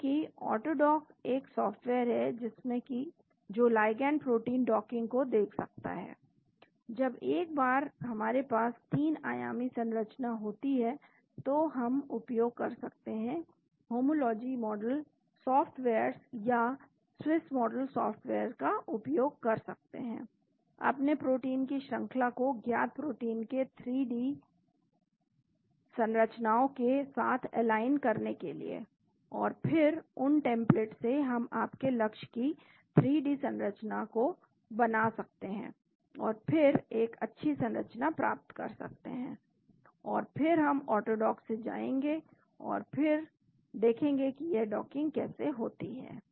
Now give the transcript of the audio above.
क्योंकि ऑटोडॉक ऐसा एक सॉफ्टवेयर है जो लिगैंड प्रोटीन डॉकिंग को देख सकता है और जब एक बार हमारे पास 3 आयामी संरचना होती है तो हम उपयोग कर सकते हैं होमोलॉजी मॉडल सॉफ्टवेयर्स या स्विस मॉडल सॉफ्टवेयर का उपयोग कर सकते हैं अपने प्रोटीन के श्रंखला को ज्ञात प्रोटीन के 3 डी संरचनाओं के साथ एलाइन करने के लिए और फिर उन टेम्प्लेट से हम आपके लक्ष्य की 3 डी संरचना को बना सकते हैं और फिर एक अच्छी संरचना प्राप्त कर सकते हैं और फिर हम ऑटोडॉक में जाएंगे और फिर देखेंगे कि यह डॉकिंग कैसे होती है